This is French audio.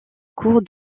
cours